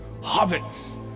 hobbits